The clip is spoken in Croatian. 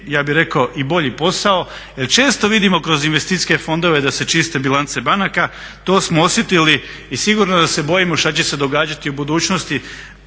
ja bih rekao i bolji posao jer često vidimo kroz investicijske fondove da se čiste bilance banaka. To smo osjetili i sigurno da se bojimo što će se događati u budućnosti